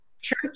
church